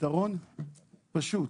הפתרון פשוט: